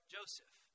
Joseph